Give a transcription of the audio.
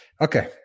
Okay